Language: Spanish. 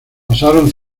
pasaron